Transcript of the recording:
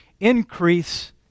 increase